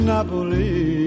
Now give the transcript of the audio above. Napoli